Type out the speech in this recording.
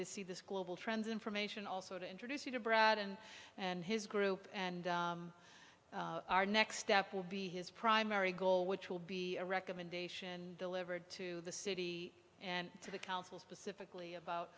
to see this global trends information also to introduce you to brad and and his group and our next step will be his primary goal which will be a recommendation delivered to the city and to the council specifically about